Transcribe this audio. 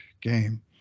game